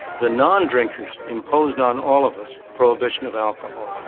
the non-drinkers imposed on all of us prohibition of alcohol.